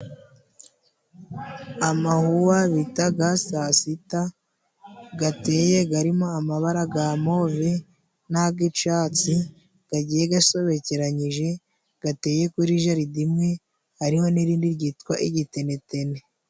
Amawuwa bita sa sita ateye, arimo amabara ya move n'ayicyatsi, agiye asobekeranyije, ateye kuri jaride imwe, hariho n'irindi ryitwa igitenetene.